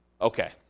okay